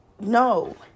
No